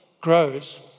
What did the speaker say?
grows